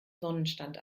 sonnenstand